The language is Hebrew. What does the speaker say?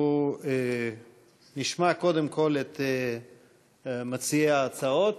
אנחנו נשמע קודם כול את מציעי ההצעות,